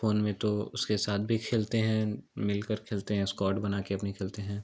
phone में तो उसके साथ भी खेलते हैं मिलकर खेलते हैं स्क्वॉड बनाकर अपनी खेलते हैं